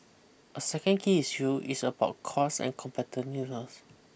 a second key issue is about costs and competitiveness